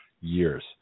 years